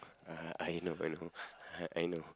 uh I know I know uh I know